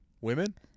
Women